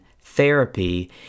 therapy